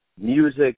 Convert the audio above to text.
music